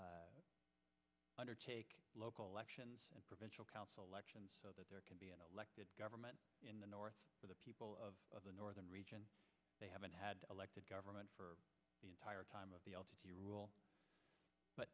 o undertake local elections and provincial council elections so that there can be an elected government in the north for the people of the northern region they haven't had elected government for the entire time of the rule